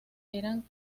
eran